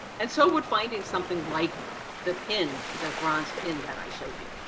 and so would finding something like the pin, that bronze pin that i showed you.